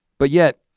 but yet,